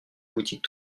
boutique